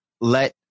let